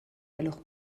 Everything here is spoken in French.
alors